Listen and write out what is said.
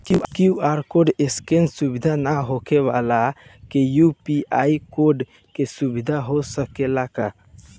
QR code scan सुविधा ना होखे वाला के यू.पी.आई कोड से भुगतान हो सकेला का?